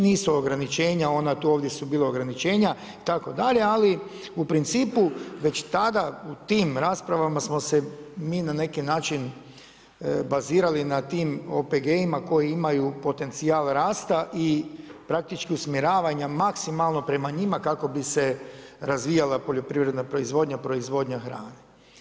Nisu ograničenja ona, tu ovdje su bila ograničenja itd., ali u principu već tada, u tim raspravama smo se mi na neki način bazirali na tim OPG-ima koji imaju potencijal rasta i praktički usmjeravanja maksimalno prema njima kako bi se razvijala poljoprivredna proizvodnja, proizvodnja hrane.